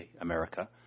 America